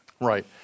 Right